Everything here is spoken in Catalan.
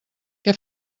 què